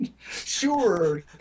sure